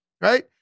right